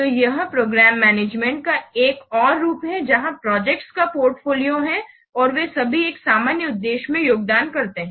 तो यह programme management का एक और रूप है जहां प्रोजेक्ट्स का पोर्टफोलियो हैं और वे सभी एक सामान्य उद्देश्य में योगदान करते हैं